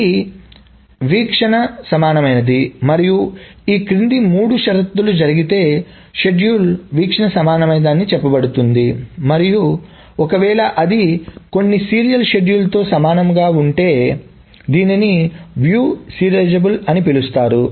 ఇది వీక్షణ సమానమైనది మరియు ఈ క్రింది మూడు షరతులు జరిగితే షెడ్యూల్ వీక్షణ సమానమైనది అని చెప్పబడుతుంది మరియు ఒకవేళ అది కొన్ని సీరియల్ షెడ్యూల్తో సమానంగా ఉంటే దీనిని వ్యూ సీరియలైజబుల్ అని పిలుస్తారు